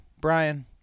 Brian